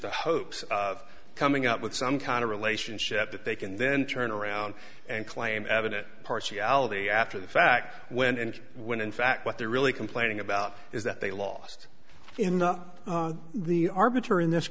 the hopes of coming up with some kind of relationship that they can then turn around and claim evident partiality after the fact when and when in fact what they're really complaining about is that they lost enough the arbiter in this